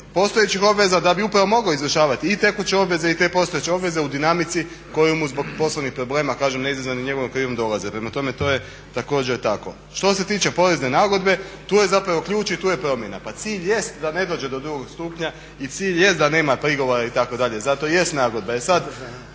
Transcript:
postojećih obveza da bi mogao izvršavati i tekuće obveze i te postojeće obveze u dinamici koju mu zbog poslovnih problema ne izazvani njegovom krivnjom dolaze. Prema tome to je također tako. Što se tiče porezne nagodbe, tu je ključ i tu je promjena. Pa cilj jest da ne dođe do drugog stupnja i cilj jest da nema prigovora itd. zato jest nagodba.